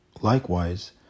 Likewise